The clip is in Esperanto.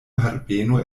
herbeno